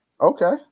Okay